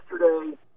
yesterday